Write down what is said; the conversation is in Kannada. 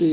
V